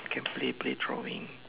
can play play drawing